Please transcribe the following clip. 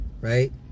right